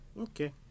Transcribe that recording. Okay